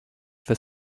for